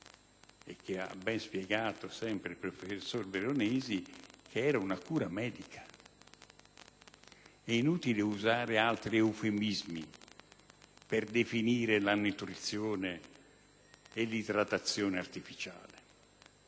come ha ben spiegato il professor Veronesi, cure mediche. È inutile usare altri eufemismi per definire la nutrizione e l'idratazione artificiale.